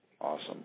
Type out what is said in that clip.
Awesome